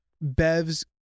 Bev's